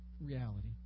reality